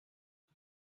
ông